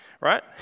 right